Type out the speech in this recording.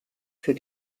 für